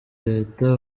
leta